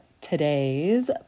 today's